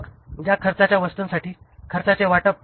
मग त्या खर्चाच्या वस्तूंसाठी खर्चाचे वाटप